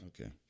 Okay